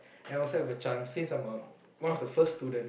and also have a chance since I'm a one of the first student